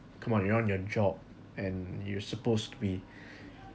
come on you're on your job and you're supposed to be